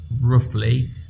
roughly